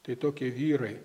tai tokie vyrai